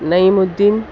نعیم الدین